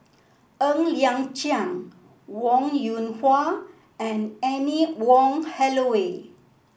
Ng Liang Chiang Wong Yoon Wah and Anne Wong Holloway